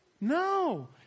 No